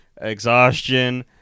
exhaustion